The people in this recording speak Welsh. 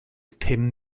pum